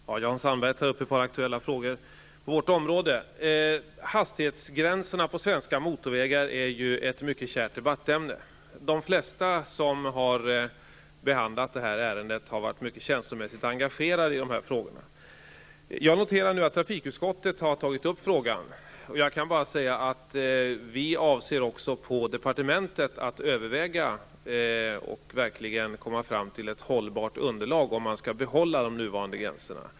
Fru talman! Jan Sandberg tar upp ett par aktuella frågor på kommunikationsområdet. Hastighetsgränserna på svenska motorvägar är ett mycket kärt debattämne. De flesta som har behandlat ärendet har varit känslomässigt mycket engagerade i dessa frågor. Jag noterar att trafikutskottet har tagit upp frågan. Jag kan bara säga att vi på departementet också avser att överväga saken och vill verkligen få fram ett hållbart underlag för att kunna bestämma om man skall behålla de nuvarande gränserna.